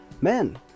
Men